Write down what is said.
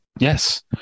yes